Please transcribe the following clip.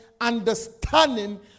understanding